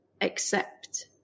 accept